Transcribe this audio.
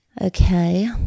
okay